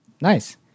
Nice